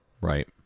Right